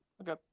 Okay